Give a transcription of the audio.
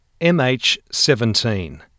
MH17